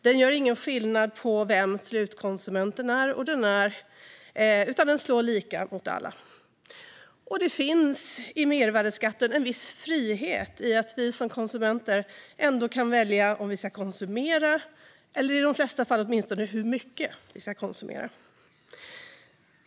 Den gör ingen skillnad på vem slutkonsumenten är utan slår lika mot alla. Och det finns i mervärdesskatten en viss frihet i att vi som konsumenter ändå kan välja om vi ska konsumera eller i de flesta fall åtminstone hur mycket vi ska konsumera.